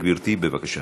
גברתי, בבקשה.